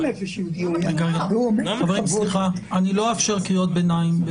המילים "נפש יהודי הומייה" כי הוא לא נפש יהודי הומייה.